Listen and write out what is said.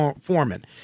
Foreman